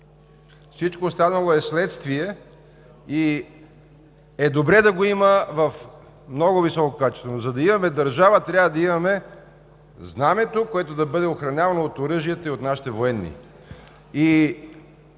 Всичко останало е следствие и е добре да го има в много високо качество. За да имаме обаче държава, трябва да имаме знамето, което да бъде охранявано от оръжието и от нашите военни.